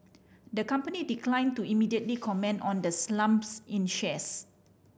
the company declined to immediately comment on the slumps in shares